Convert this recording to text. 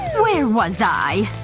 where was i,